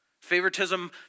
Favoritism